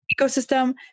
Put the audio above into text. ecosystem